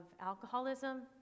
alcoholism